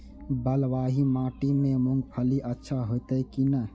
बलवाही माटी में मूंगफली अच्छा होते की ने?